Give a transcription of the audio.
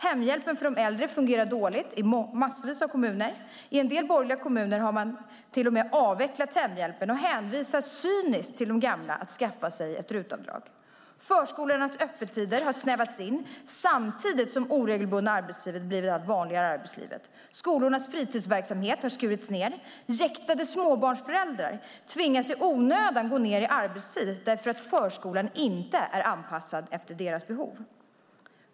Hemhjälpen för de äldre fungerar dåligt i massvis av kommuner. I en del borgerliga kommuner har man till och med avvecklat hemhjälpen och hänvisar cyniskt de gamla till att skaffa sig hemtjänst med RUT-avdrag. Förskolornas öppettider har snävats in samtidigt som oregelbundna arbetstider har blivit allt vanligare i arbetslivet. Skolornas fritidsverksamhet har skurits ned. Jäktade småbarnsföräldrar tvingas i onödan gå ned i arbetstid därför att förskolan inte är anpassad efter deras behov.